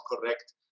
correct